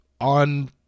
on